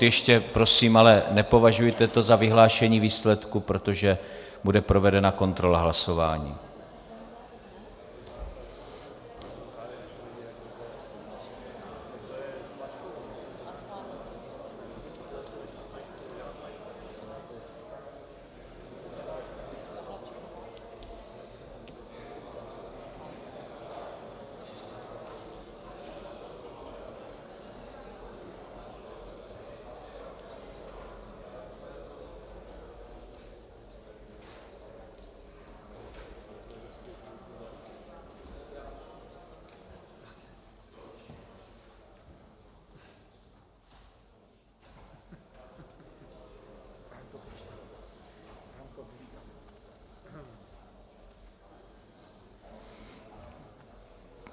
Ještě prosím ale nepovažujte to za vyhlášení výsledku, protože bude provedena kontrola hlasování.